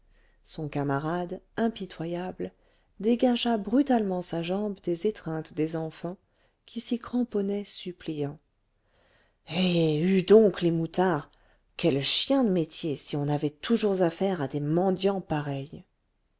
son camarade impitoyable dégagea brutalement sa jambe des étreintes des enfants qui s'y cramponnaient suppliants eh hue donc les moutards quel chien de métier si on avait toujours affaire à des mendiants pareils